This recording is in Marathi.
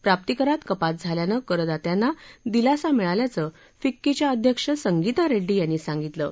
प्राप्तिकरात कपात झाल्यानं करदात्यांना दिलासा मिळाल्याचं फिक्कीच्या अध्यक्ष संगिता रेड्डी यांनी सांगितलं आहे